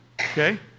Okay